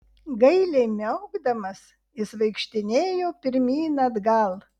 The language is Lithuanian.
gailiai miaukdamas jis vaikštinėjo pirmyn atgal